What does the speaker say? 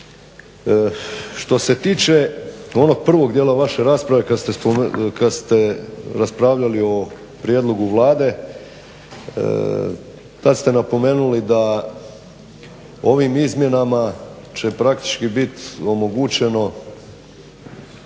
Što se tiče onog prvog dijela vaše rasprave kada ste raspravljali o prijedlogu Vlade, tada ste napomenuli da će ovim izmjenama će biti omogućeno